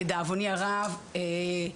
לדאבוני הרב,